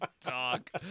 Talk